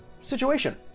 situation